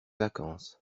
vacances